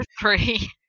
three